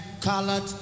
colored